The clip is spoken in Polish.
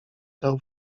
dał